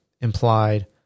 implied